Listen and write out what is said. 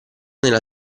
nella